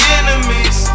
enemies